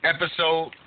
episode